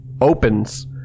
opens